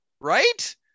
right